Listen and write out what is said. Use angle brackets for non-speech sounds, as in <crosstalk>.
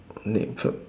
names <noise>